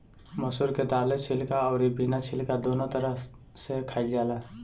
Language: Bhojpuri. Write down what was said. मसूर के दाल छिलका अउरी बिना छिलका दूनो तरह से खाइल जाला